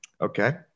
okay